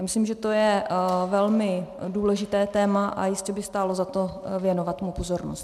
Myslím, že to je velmi důležité téma, a jistě by stálo za to věnovat mu pozornost.